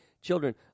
children